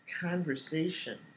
conversation